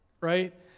right